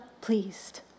pleased